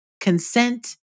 consent